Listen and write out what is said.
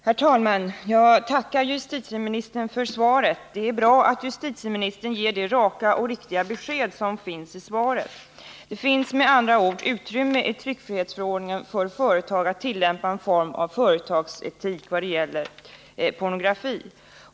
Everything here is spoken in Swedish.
Herr talman! Jag tackar justitieministern för svaret. Det är bra att justitieministern ger det raka och riktiga besked som finns i svaret. Det finns med andra ord utrymme i tryckfrihetsförordningen för företag att tillämpa en form av företagsetik vad gäller pornografi.